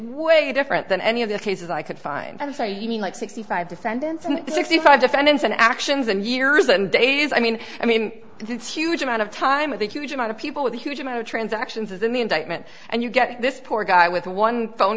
way different than any of the cases i could find and say you mean like sixty five defendants and sixty five defendants in actions and years and days i mean i mean that's a huge amount of time with a huge amount of people with a huge amount of transactions in the indictment and you get this poor guy with one phone